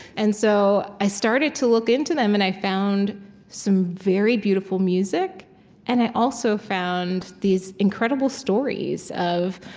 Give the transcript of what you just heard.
and so i started to look into them, and i found some very beautiful music and i also found these incredible stories of